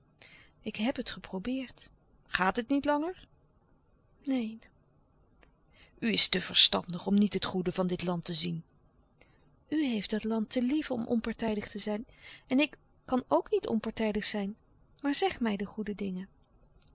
ik heb het geprobeerd gaat het niet langer neen louis couperus de stille kracht u is te verstandig om niet het goede van dit land te zien u heeft dat land te lief om onpartijdig te zijn en ik kan ook niet onpartijdig zijn maar zeg mij de goede dingen